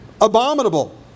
Abominable